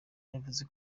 yavuze